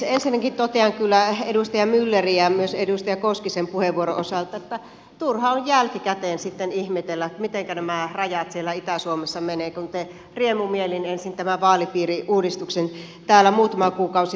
ensinnäkin totean kyllä edustaja myllerin ja myös edustaja koskisen puheenvuoron osalta että turha on jälkikäteen ihmetellä mitenkä nämä rajat siellä itä suomessa menevät kun te riemumielin ensin tämän vaalipiiriuudistuksen täällä muutama kuukausi sitten hyväksyitte